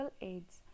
aids